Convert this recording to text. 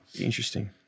interesting